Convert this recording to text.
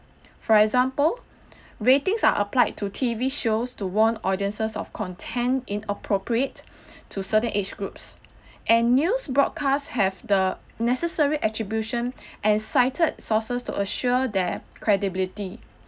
for example ratings are applied to T_V shows to warn audiences of content inappropriate to certain age groups and news broadcasts have the necessary attribution and cited sources to assure their credibility